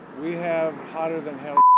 we have hotter than hell.